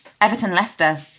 Everton-Leicester